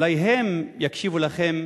אולי הם יקשיבו לכם